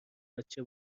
بچه